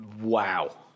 wow